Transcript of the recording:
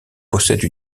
possède